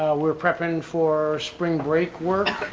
we're prepping for spring break work